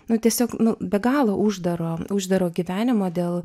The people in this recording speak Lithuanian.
nu tiesiog be galo uždaro uždaro gyvenimo dėl